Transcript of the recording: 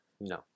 No